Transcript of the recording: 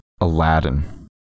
Aladdin